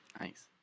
Nice